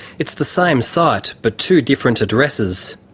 it's the same site, but two different addresses.